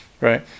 Right